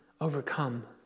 overcome